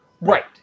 Right